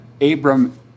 Abram